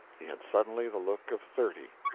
he had suddenly the look of thirty,